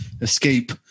escape